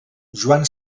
joan